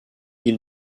île